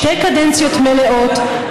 שתי קדנציות מלאות,